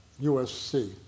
USC